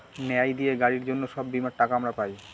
ন্যায় দিয়ে গাড়ির জন্য সব বীমার টাকা আমরা পাই